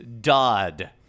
Dodd